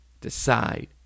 Decide